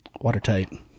watertight